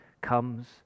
comes